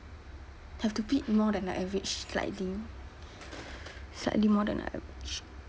have to bid more than the average slightly slightly more than the average